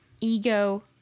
ego